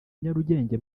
nyarugenge